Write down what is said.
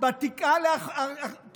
התנועה להחרבת השלטון.